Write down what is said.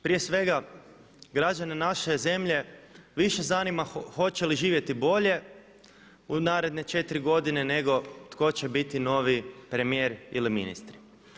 Prije svega građane naše zemlje više zanima hoće li živjeti bolje u naredne 4 godine nego tko će biti novi premijer ili ministri.